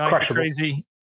Crazy